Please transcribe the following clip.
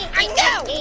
i know,